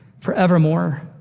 forevermore